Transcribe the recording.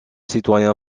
citoyen